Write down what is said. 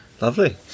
Lovely